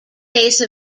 base